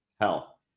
hell